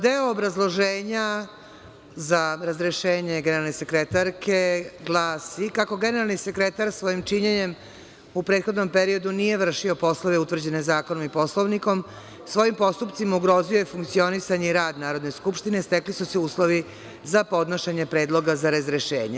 Deo obrazloženja za razrešenje generalne sekretarke glasi: „Kako generalni sekretar svojim činjenjem u prethodnom periodu nije vršio poslove utvrđene zakonom i Poslovnikom, svojim postupcima ugrozio je funkcionisanje i rad Narodne skupštine stekli su se uslovi za podnošenje predloga za razrešenje.